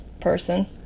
person